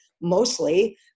mostly